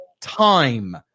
time